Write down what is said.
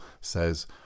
says